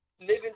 living